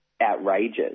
outrageous